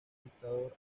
dictador